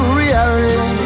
reality